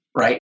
right